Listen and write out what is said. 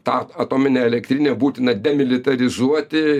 tą atominę elektrinę būtina demilitarizuoti